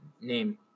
name